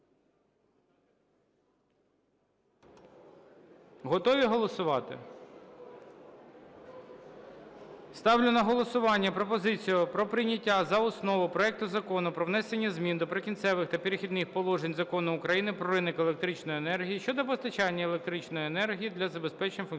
Готові голосувати? Ставлю на голосування пропозицію про прийняття за основу проекту Проект Закону про внесення змін до Прикінцевих та перехідних положень Закону України "Про ринок електричної енергії" щодо постачання електричної енергії для забезпечення функціонування